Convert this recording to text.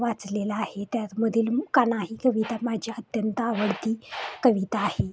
वाचलेलं आहे त्यामधील काना ही कविता माझी अत्यंत आवडती कविता आहे